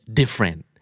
different